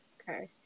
okay